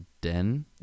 den